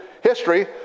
history